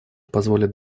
позволит